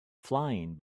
flying